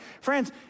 Friends